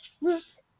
roots